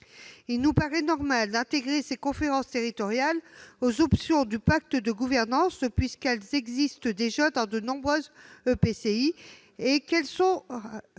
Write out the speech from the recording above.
Il nous paraît normal d'intégrer ces conférences territoriales aux options du pacte de gouvernance, puisqu'elles existent déjà dans de nombreux EPCI